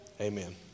amen